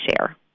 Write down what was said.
share